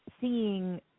seeing